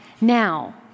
now